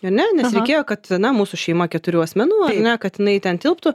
ane nes reikėjo kad na mūsų šeima keturių asmenų ar ne kad jinai ten tilptų